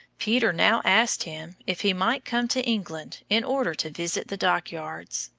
peter now asked him if he might come to england in order to visit the dockyards.